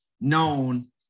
known